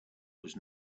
was